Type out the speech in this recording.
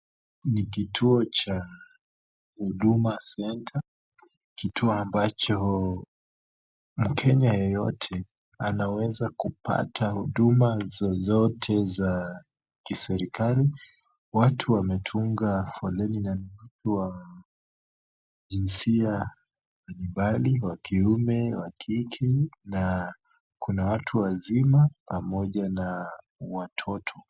Ni kituo cha Huduma Center, kituo ambacho mkenya yeyote anaweza kupata huduma zozote za kiserikali. Watu wametunga foleni na ni watu wa jinsia mbalimbali, wa kiume, wa kike, na kuna watu wazima pamoja na watoto.